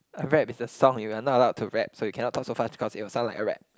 I rap with the sound if you're not allowed to rap so you cannot talk so fast because it will sound like a rap